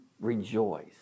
rejoice